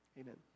Amen